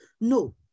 no